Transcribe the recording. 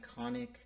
iconic